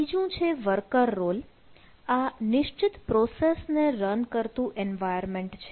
બીજું છે worker role આ નિશ્ચિત પ્રોસેસ ને રન કરતું એન્વાયરમેન્ટ છે